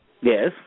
Yes